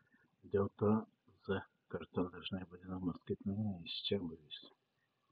dėl to z karta dažnai vadinama skaitmeniniais čiabuviais